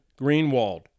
Greenwald